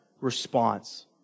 response